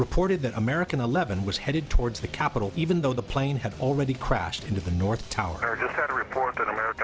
reported that american eleven was headed towards the capital even though the plane had already crashed into the north tower to report that america